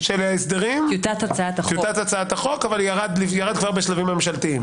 טיוטת הצעת החוק, אבל ירד כבר בשלבים ממשלתיים.